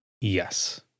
yes